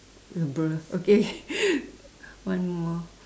bruh okay one more